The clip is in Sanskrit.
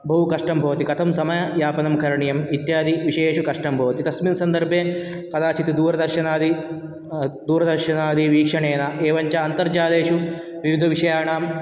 बहुकष्टं भवति कथं समययापनं करणीयं इत्यादि विषयेषु कष्टं भवति तस्मिन् सन्दर्भे कदाचित् दूरदर्शनादि दूरदर्शनादि वीक्षणेन एवञ्च अन्तरजालेषु विविधविषयाणां